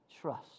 trust